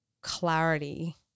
clarity